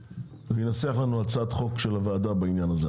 וינסח לנו הצעת חוק של הוועדה בנושא הזה.